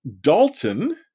dalton